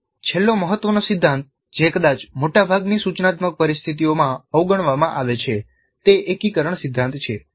છેલ્લો મહત્વનો સિદ્ધાંત જે કદાચ મોટાભાગની સૂચનાત્મક પરિસ્થિતિઓમાં અવગણવામાં આવે છે તે એકીકરણ સિદ્ધાંત છે